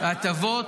הטבות